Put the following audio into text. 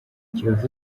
kiyovu